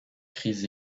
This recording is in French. cris